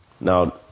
Now